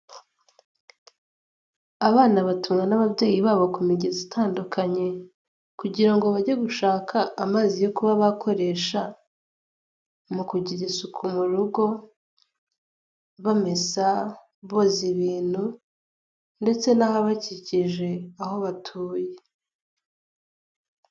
Abana batumwa n'ababyeyi babo ku migezi itandukanye, kugirango bajye gushaka amazi yo kuba bakoresha mu kugira isuku mu rugo bamesa, boza ibintu ndetse n'ahabakikije aho batuye.